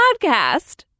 podcast